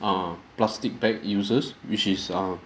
err plastic bag users which is err